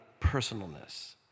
personalness